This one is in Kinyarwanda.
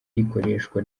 rikoreshwa